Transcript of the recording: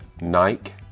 Nike